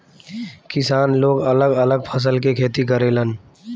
किसान लोग अलग अलग फसल के खेती करेलन